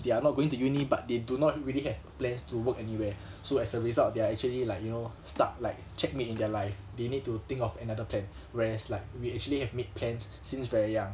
they are not going to uni but they do not really have plans to work anywhere so as a result they're actually like you know stuck like checkmate in their life they need to think of another plan whereas like we actually have made plans since very young